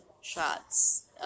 shots